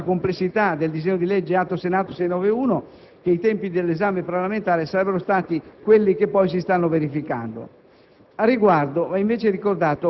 Era ben prevedibile, data la complessità del disegno di legge Atto Senato n. 691, che i tempi dell'esame parlamentare sarebbero stati quelli che poi si stanno verificando.